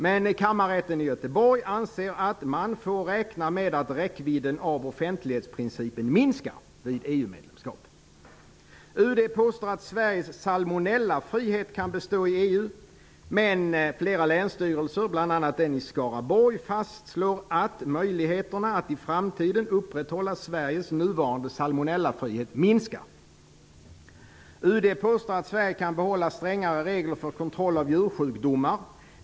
Men kammarrätten i Göteborg anser att man får räkna med att räckvidden av offentlighetsprincipen minskar vid EU-medlemskap. UD påstår att Sveriges salmonellafrihet kan bestå i EU. Men flera länsstyrelser, bl.a. den i Skaraborg, fastslår att möjligheterna att i framtiden upprätthålla UD påstår att Sverige kan behålla strängare regler för kontroll av djursjukdomar.